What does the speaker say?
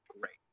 great